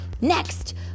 Next